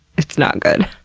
it's not good.